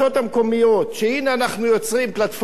שהנה אנחנו יוצרים פלטפורמה מקומית